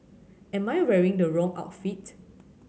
am I wearing the wrong outfit